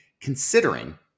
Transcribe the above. considering